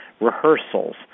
rehearsals